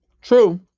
True